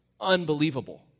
unbelievable